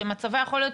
שמצבה יכול להיות,